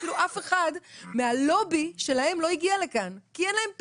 אפילו אף אחד מהלובי שלהם לא הגיע לכאן כי אין להם פה.